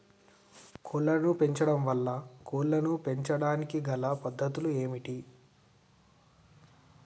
కోళ్లను పెంచడం ఎలా, కోళ్లను పెంచడానికి గల పద్ధతులు ఏంటివి?